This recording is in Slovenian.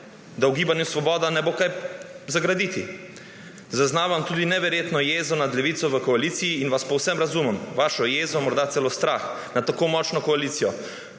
da v Gibanju Svoboda ne bo kaj graditi! Zaznavam tudi neverjetno jezo nad Levico v koaliciji in vas povsem razumem, vašo jezo, morda celo strah nad tako močno koalicijo.